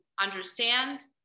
understand